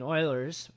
Oilers